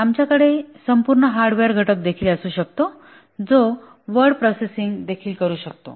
आमच्याकडे संपूर्ण हार्डवेअर घटक देखील असू शकतो जो वर्ड प्रोसेसिंग देखील करू शकतो